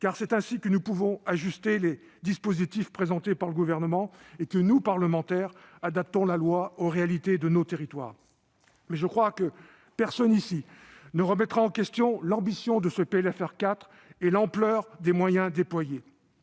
car c'est ainsi que nous pouvons ajuster les dispositifs présentés par le Gouvernement et que nous, parlementaires, adaptons la loi aux réalités de nos territoires. Mais je crois que personne, ici, ne remettra en question l'ambition de ce PLFR 4 ni l'ampleur des moyens déployés.